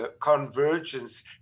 convergence